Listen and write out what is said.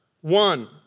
One